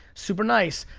super nice.